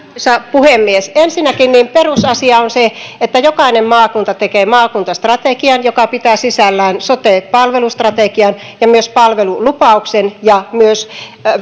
puhemies ensinnäkin perusasia on se että jokainen maakunta tekee maakuntastrategian joka pitää sisällään sote palvelustrategian ja myös palvelulupauksen ja myös